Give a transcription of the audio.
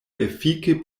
efike